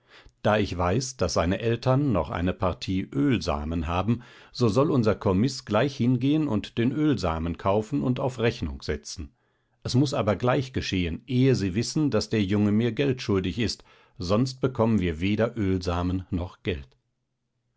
da ich weiß daß seine eltern noch eine partie ölsamen haben so soll unser kommis gleich hingehen und den ölsamen kaufen und auf rechnung setzen es muß aber gleich geschehen ehe sie wissen daß der junge mir geld schuldig ist sonst bekommen wir weder ölsamen noch geld